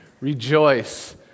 Rejoice